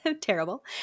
terrible